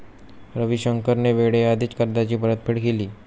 रविशंकरने वेळेआधीच कर्जाची परतफेड केली